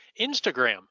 Instagram